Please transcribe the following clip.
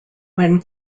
when